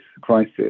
crisis